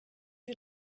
you